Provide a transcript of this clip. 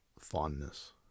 fondness